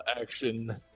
action